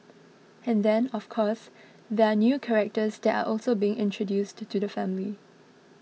and then of course there are new characters that are also being introduced to the family